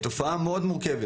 מדובר בתופעה מאוד מורכבת.